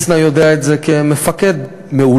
מצנע יודע את זה כמפקד מעולה,